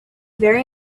very